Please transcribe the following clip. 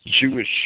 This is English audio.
Jewish